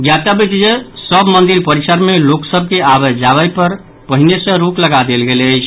ज्ञातव्य अछि जे सभ मंदिर परिसर मे लोक सभ के आबय जाय पर पहिने सॅ रोक लगा देल गेल अछि